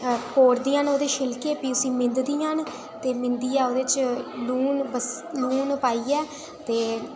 उसी कोड़दियां न ओह्दे छिलके पीस दियां मिंधदियां न मिंधियै ओह्दे च लून बसा लून पाइयै